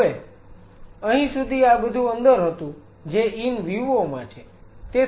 હવે અહી સુધી આ બધું અંદર હતું જે ઈન વિવો માં છે